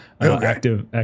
active